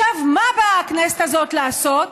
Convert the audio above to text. מה באה הכנסת הזאת לעשות?